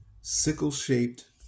sickle-shaped